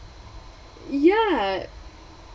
ya